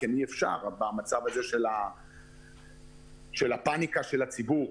זה כמעט בלתי-אפשרי בגלל הפניקה של הציבור.